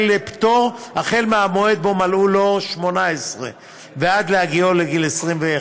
לפטור החל במועד שבו מלאו לו 18 ועד הגיעו לגיל 21